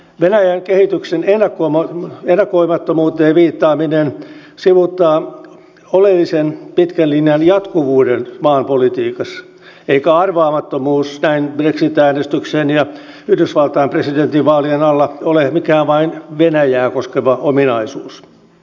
venäjän kehityksen ennakoimattomuuteen viittaaminen sivuuttaa oleellisen pitkän linjan jatkuvuuden maan politiikassa eikä arvaamattomuus näin brexit äänestyksen ja yhdysvaltain presidentinvaalien alla ole mikään vain venäjää koskeva ominaisuus